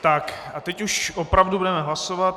A teď už opravdu budeme hlasovat.